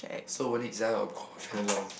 so when it's very long ah